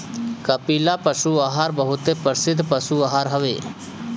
कपिला पशु आहार बहुते प्रसिद्ध पशु आहार हवे